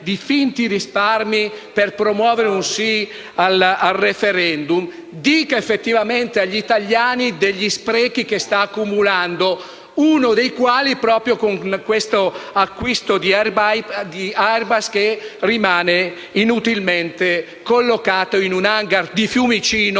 di finti risparmi per promuovere il sì al *referendum*, dica effettivamente agli italiani degli sprechi che sta accumulando, uno dei quali proprio con l'acquisto di questo Airbus, che rimane inutilmente collocato nell'*hangar* di Fiumicino